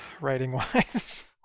writing-wise